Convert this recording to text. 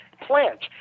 plants